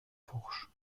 fourches